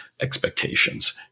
expectations